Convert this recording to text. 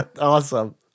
Awesome